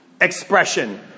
expression